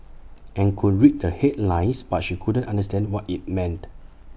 and could read the headlines but she couldn't understand what IT meant